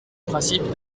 principe